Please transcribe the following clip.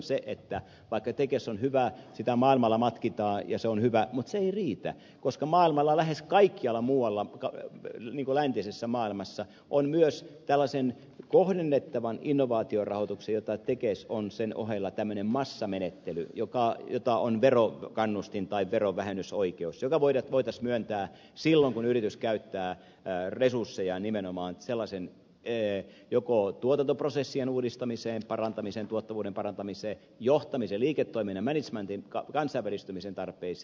toistan että vaikka tekes on hyvä sitä maailmalla matkitaan ja se on hyvä se ei riitä koska maailmalla lähes kaikkialla muualla läntisessä maailmassa on myös tällaisen kohdennettavan innovaation rahoitus tekes on sen ohella tällainen massamenettely joka on verokannustin tai verovähennysoikeus joka voitaisiin myöntää silloin kun yritys käyttää resursseja nimenomaan joko tuotantoprosessien uudistamiseen tuottavuuden parantamiseen tai johtamisen liiketoiminnan ja managementin kansainvälistymisen tarpeisiin